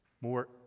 More